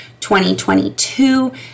2022